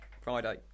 Friday